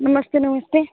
नमस्ते नमस्ते